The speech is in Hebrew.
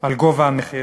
על גובה המחיר.